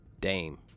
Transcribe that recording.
Dame